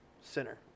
center